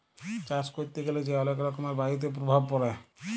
চাষ ক্যরতে গ্যালা যে অলেক রকমের বায়ুতে প্রভাব পরে